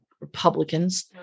Republicans